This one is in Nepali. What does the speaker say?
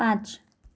पाँच